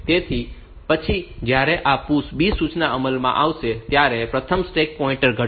તેથી પછી જ્યારે આ PUSH B સૂચના અમલમાં આવશે ત્યારે પ્રથમ સ્ટેક પોઇન્ટર ઘટશે